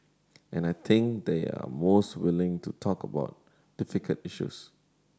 and I think they're most willing to talk about difficult issues